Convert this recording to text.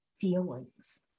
feelings